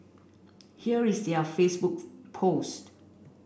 here is their Facebook post